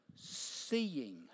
Seeing